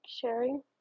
sharing